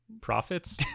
profits